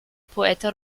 poeta